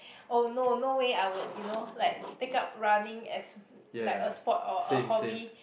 oh no no way I would you know like take up running as like a sport or a hobby